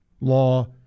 law